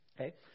Okay